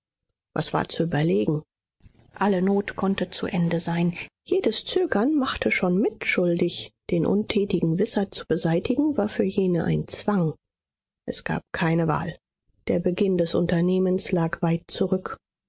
was war zu überlegen alle not konnte zu ende sein jedes zögern machte schon mitschuldig den untätigen wisser zu beseitigen war für jene ein zwang es gab keine wahl der beginn des unternehmens lag weit zurück